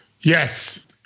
Yes